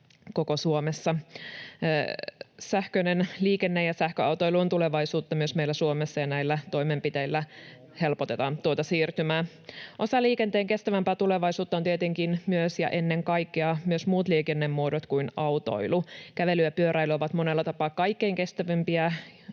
koko Suomessa. Sähköinen liikenne ja sähköautoilu on tulevaisuutta myös meillä Suomessa, ja näillä toimenpiteillä helpotetaan tuota siirtymää. Osa liikenteen kestävämpää tulevaisuutta ovat tietenkin myös, ja ennen kaikkea, muut liikennemuodot kuin autoilu. Kävely ja pyöräily ovat monella tapaa kaikkein kestävimpiä